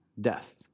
death